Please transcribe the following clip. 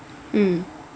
mm